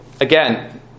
again